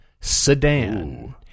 sedan